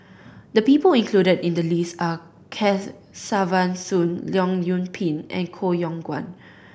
the people included in the list are Kesavan Soon Leong Yoon Pin and Koh Yong Guan